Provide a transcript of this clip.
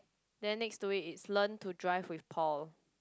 then next to it is learn to drive with Paul